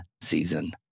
Season